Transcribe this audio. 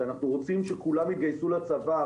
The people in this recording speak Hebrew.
שאנחנו רוצים שכולם יתגייסו לצבא,